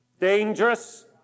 Dangerous